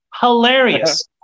hilarious